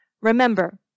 remember